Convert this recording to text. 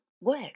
work